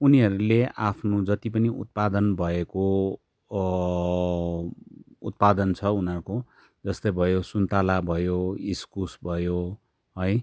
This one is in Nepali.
उनीहरूले आफ्नो जति पनि उत्पादन भएको उत्पादन छ उनीहरूको जस्तै भयो सुन्ताला भयो इस्कुस भयो है